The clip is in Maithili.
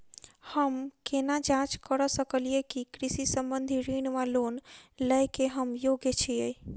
हम केना जाँच करऽ सकलिये की कृषि संबंधी ऋण वा लोन लय केँ हम योग्य छीयै?